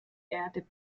erde